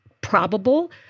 probable